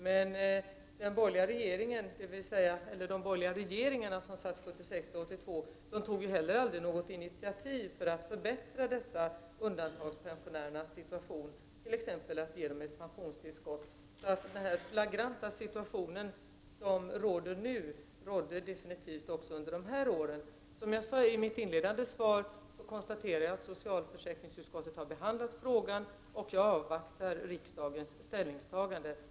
Men under åren 1976-1982 tog de borgerliga regeringarna inte heller något initiativ till att förbättra situationen för dessa undantagandepensionärer, t.ex. genom att ge dem ett pensionstillskott. Den ”flagranta” situation som nu råder, rådde definitivt också under de borgerliga åren. Som jag sade i mitt inledande svar konstaterar jag att socialförsäkringsutskottet har behandlat frågan, och jag avvaktar riksdagens ställningstagande.